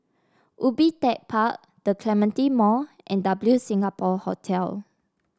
Ubi Tech Park The Clementi Mall and W Singapore Hotel